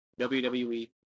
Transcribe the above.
WWE